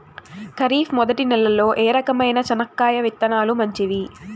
ఖరీఫ్ మొదటి నెల లో ఏ రకమైన చెనక్కాయ విత్తనాలు మంచివి